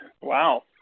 Wow